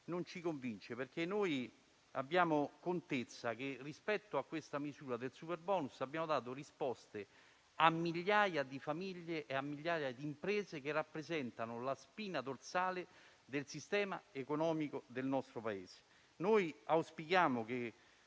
non ci convince. Abbiamo contezza del fatto che, per quanto riguarda la misura del superbonus, abbiamo dato risposte a migliaia di famiglie e a migliaia di imprese che rappresentano la spina dorsale del sistema economico del nostro Paese. Noi auspichiamo che